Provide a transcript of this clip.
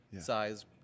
size